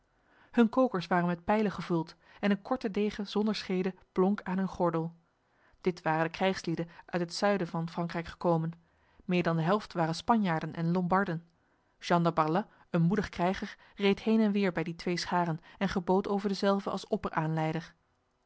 hun kokers waren met pijlen gevuld en een korte degen zonder schede blonk aan hun gordel dit waren de krijgslieden uit het zuiden van frankrijk gekomen meer dan de helft waren spanjaarden en lombarden jean de barlas een moedig krijger reed heen en weer bij die twee scharen en gebood over dezelve als